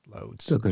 loads